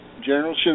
General